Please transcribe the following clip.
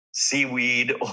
seaweed